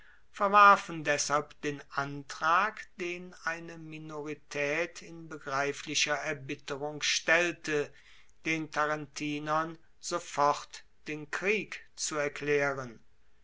verwarfen deshalb den antrag den eine minoritaet in begreiflicher erbitterung stellte den tarentinern sofort den krieg zu erklaeren